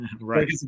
Right